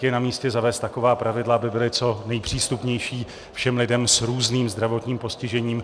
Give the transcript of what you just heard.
Je namístě zavést taková pravidla, aby byly co nejpřístupnější všem lidem s různým zdravotním postižením.